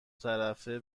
طرفه